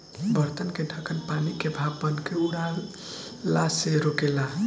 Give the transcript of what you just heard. बर्तन के ढकन पानी के भाप बनके उड़ला से रोकेला